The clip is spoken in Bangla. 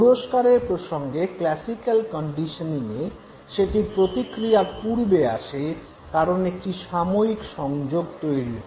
পুরস্কারের প্রসঙ্গে ক্লাসিক্যাল কন্ডিশনিঙে সেটি প্রতিক্রিয়ার পূর্বে আসে কারন একটি সাময়িক সংযোগ তৈরি হয়